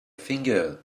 finger